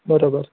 बरोबर